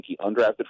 undrafted